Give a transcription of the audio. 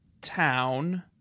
town